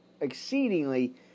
exceedingly